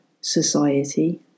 society